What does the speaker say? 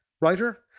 Writer